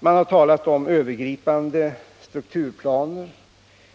Man har talat om övergripande strukturplaner.